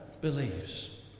believes